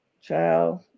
child